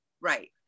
right